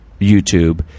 YouTube